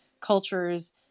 cultures